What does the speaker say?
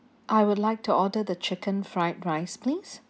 I would like to order the chicken fried rice please